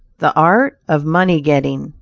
the art of money getting,